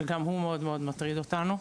שגם הוא מאוד מאוד מטריד אותנו.